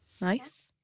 nice